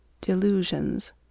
Delusions